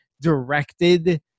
directed